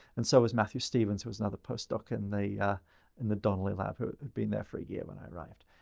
and so was matthew stevens who was another postdoc in the in the donnelley lab who had been there for a year when i arrived.